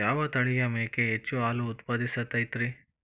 ಯಾವ ತಳಿಯ ಮೇಕೆ ಹೆಚ್ಚು ಹಾಲು ಉತ್ಪಾದಿಸತೈತ್ರಿ?